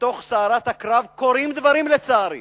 שתוך סערת הקרב קורים דברים, לצערי,